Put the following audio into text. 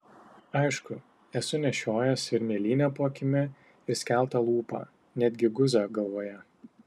aišku esu nešiojęs ir mėlynę po akimi ir skeltą lūpą net gi guzą galvoje